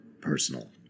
Personal